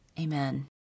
Amen